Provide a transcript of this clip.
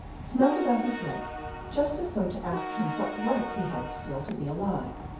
smelled about his legs just as though to ask him what right he had still to be alive,